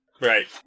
Right